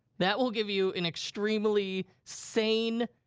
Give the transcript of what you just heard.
that will give you an extremely sane,